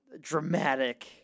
dramatic